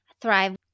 thrive